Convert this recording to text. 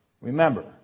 Remember